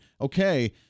Okay